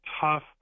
tough